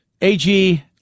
AG